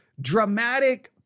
dramatic